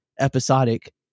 episodic